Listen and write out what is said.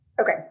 Okay